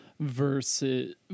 versus